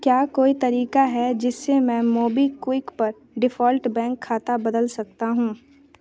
क्या कोई तरीका है जिससे मैं मोबीक्विक पर डिफ़ॉल्ट बैंक खाता बदल सकता हूँ